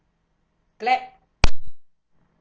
glad